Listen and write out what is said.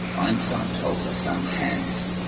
einstein told his son hans,